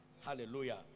Hallelujah